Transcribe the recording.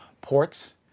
ports